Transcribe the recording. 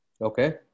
Okay